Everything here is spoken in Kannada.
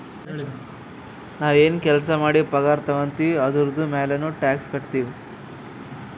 ನಾವ್ ಎನ್ ಕೆಲ್ಸಾ ಮಾಡಿ ಪಗಾರ ತಗೋತಿವ್ ಅದುರ್ದು ಮ್ಯಾಲನೂ ಟ್ಯಾಕ್ಸ್ ಕಟ್ಟತ್ತಿವ್